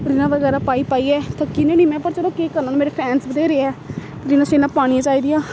रीलां बगैरा पाई पाइयै थक्की जन्नी होन्नी में पर चलो केह् करना हून मेरे फैंस बत्थेरे ऐ रीलां शीलां पानियां चाहिदियां